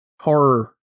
horror